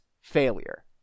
failure